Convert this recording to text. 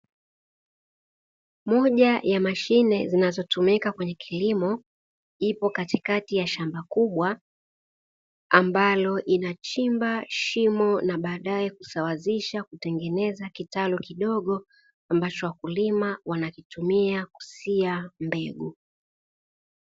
Moja ya mashine inayotumika kwenye kilimo ipo katikati ya shamba kubwa, ambayo inachimba shimo na baadae kusawazishwa kutengeneza kitalu ambacho wakulima wanakitumia kusia mbegu.